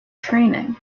training